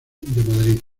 madrid